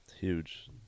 Huge